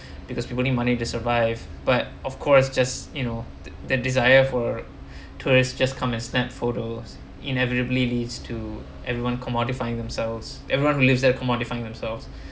because people need money to survive but of course just you know that the desire for tourists just come and snap photos inevitably leads to everyone commodifying themselves everyone who lives there commodifying themselves